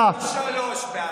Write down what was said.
אתה יכול לקרוא לי שלוש פעמים,